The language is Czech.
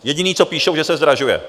Jediné, co píšou, že se zdražuje.